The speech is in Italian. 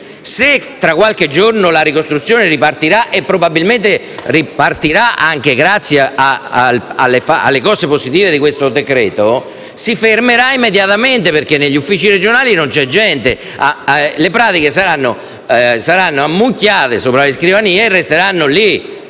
Se, tra qualche giorno, la ricostruzione ripartirà - e probabilmente ripartirà anche grazie alle cose positive di questo decreto-legge - si fermerà immediatamente, perché negli uffici regionali non ci sono persone che vi lavorano. Le pratiche saranno ammucchiate sopra le scrivanie e resteranno lì;